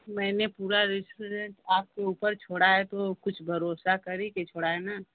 मैंने पूरा रेस्टुरेंट आपके ऊपर छोड़ा है तो कुछ भरोसा कर ही के छोड़ है ना